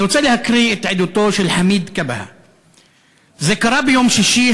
אני רוצה להקריא את עדותו של חמיד כבהא: זה קרה ביום שישי,